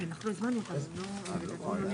הישיבה ננעלה בשעה 16:12.